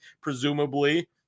presumably